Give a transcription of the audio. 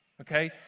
okay